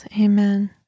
amen